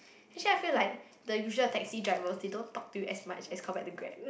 actually I feel like the usual taxi drivers they don't talk to you as much as compared to Grab